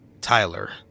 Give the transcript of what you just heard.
Tyler